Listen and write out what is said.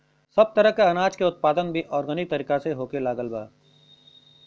सब तरह के अनाज के उत्पादन भी आर्गेनिक तरीका से होखे लागल बा